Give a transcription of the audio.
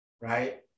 right